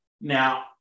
Now